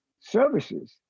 services